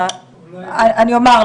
אני אומר,